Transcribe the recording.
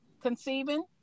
conceiving